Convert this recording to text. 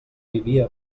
vivia